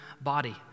body